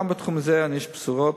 גם בתחום זה אני איש בשורות.